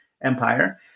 empire